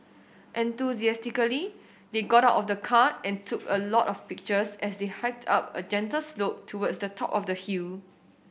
enthusiastically they got out of the car and took a lot of pictures as they hiked up a gentle slope towards the top of the hill